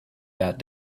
that